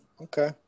Okay